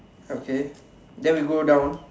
okay then we go down